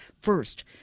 first